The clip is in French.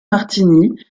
martini